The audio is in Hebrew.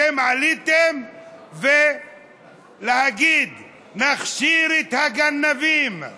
אתם עליתם להגיד: נכשיר את הגנבים,